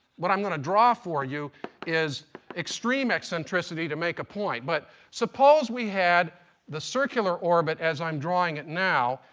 what i'm going to draw for you is extreme eccentricity to make a point. but suppose we had the circular orbit as i'm drawing it now,